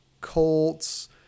Colts